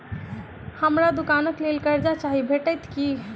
हमरा दुकानक लेल कर्जा चाहि भेटइत की?